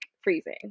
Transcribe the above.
freezing